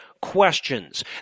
questions